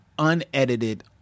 unedited